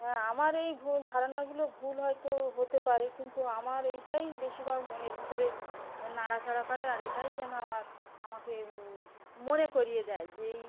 হ্যাঁ আমার এই ভু ধারণাগুলো ভুল হয়তো হতে পারে কিন্তু আমার এইটাই বেশিরভাগ মনের ভিতরে নাড়াচাড়া করে আর এটাই যেন আমার আমাকে মনে করিয়ে দেয় যে এই